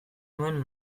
nuen